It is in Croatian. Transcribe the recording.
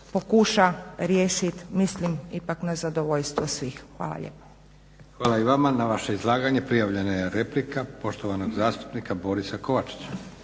pokuša riješiti, mislim ipak na zadovoljstvo svih. Hvala lijepa. **Leko, Josip (SDP)** Hvala i vama na vaše izlaganje. Prijavljena je replika poštovanog zastupnika Borisa Kovačića.